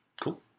Cool